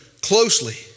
closely